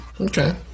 okay